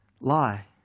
lie